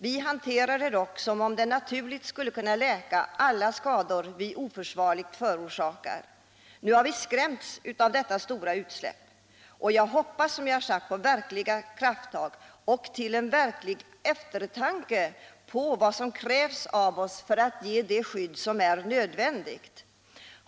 Vi hanterar det dock som om det på naturlig väg skulle kunna läka alla skador vi oförsvarligt förorsakar. Nu har vi skrämts av detta stora utsläpp. Jag hoppas på verkliga krafttag och på verklig eftertanke om vad som krävs av oss för att åstadkomma det skydd som är nödvändigt.